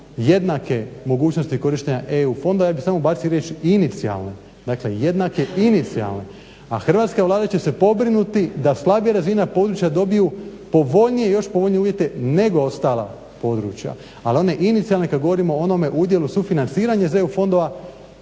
jednake mogućnosti korištenja EU fondova, ja bih samo ubacio riječ inicijalne, dakle jednake, inicijalne. A hrvatska Vlada će se pobrinuti da slabije razvijena područja dobiju još povoljnije uvjete nego ostala područja, ali one inicijalne kad govorimo o onome udjelu sufinanciranja iz EU fondova